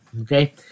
Okay